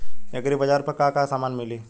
एग्रीबाजार पर का का समान मिली?